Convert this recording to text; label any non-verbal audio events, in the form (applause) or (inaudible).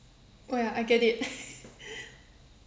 oh ya I get it (laughs)